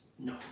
No